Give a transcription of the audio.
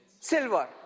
silver